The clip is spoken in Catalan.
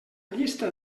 llista